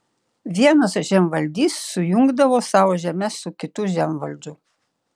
vienas žemvaldys sujungdavo savo žemes su kitu žemvaldžiu